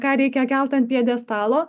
ką reikia kelt ant pjedestalo